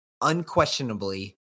unquestionably